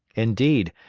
indeed,